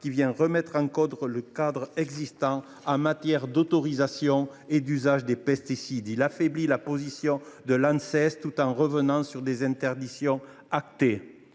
qui remet en cause le cadre existant en matière d’autorisation et d’usage des pesticides. Il affaiblit la position de l’Anses tout en revenant sur des interdictions actées.